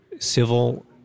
civil